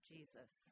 Jesus